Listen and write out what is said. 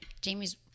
Jamie's